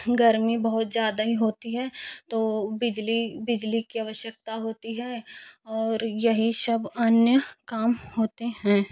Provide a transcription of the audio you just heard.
गर्मी बहुत ज़्यादा ही होती है तो बिजली बिजली की आवश्यकता होती है और यही सब अन्य काम होते हैं